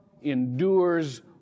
endures